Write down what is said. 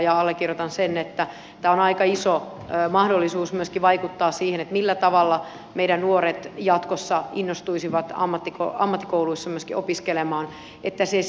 ja allekirjoitan sen että tämä on aika iso mahdollisuus myöskin vaikuttaa siihen millä tavalla meidän nuoret jatkossa myöskin innostuisivat ammattikouluissa opiskelemaan siihen että se sisältö puhuttelisi